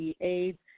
AIDS